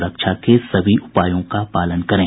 सुरक्षा के सभी उपायों का पालन करें